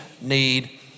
need